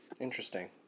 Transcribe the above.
Interesting